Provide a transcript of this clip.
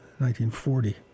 1940